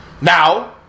Now